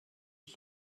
ich